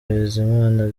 bizimana